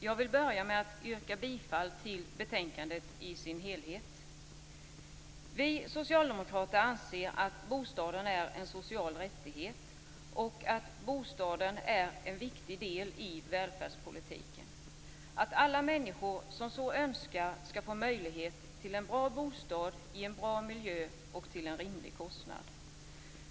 Jag vill börja med att yrka bifall till hemställan i betänkandet i sin helhet. Vi socialdemokrater anser att bostaden är en social rättighet och att bostaden är en viktig del i välfärdspolitiken. Alla människor som så önskar skall få möjlighet till en bra bostad i en bra miljö och till en rimlig kostnad.